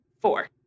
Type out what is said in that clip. four